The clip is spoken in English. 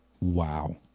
wow